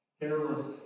careless